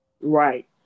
Right